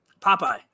Popeye